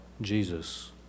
Jesus